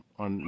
on